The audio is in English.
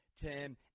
Tim